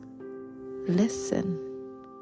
listen